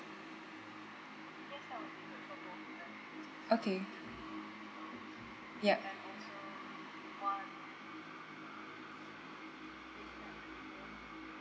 okay yup